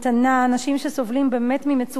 אנשים שסובלים באמת ממצוקה קשה,